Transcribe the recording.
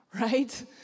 right